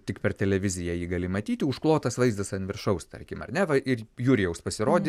tik per televiziją jį gali matyti užklotas vaizdas an viršaus tarkim ar ne va ir jurijaus pasirodyme